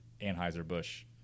Anheuser-Busch